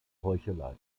heuchelei